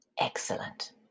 Excellent